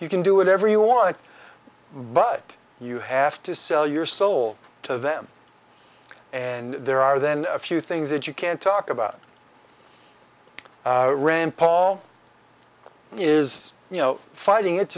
you can do whatever you want but you have to sell your soul to them and there are then a few things that you can talk about rand paul is you know fighting